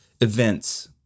events